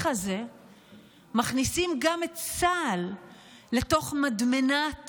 הזה מכניסים גם את צה"ל לתוך מדמנת